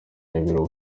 namubiru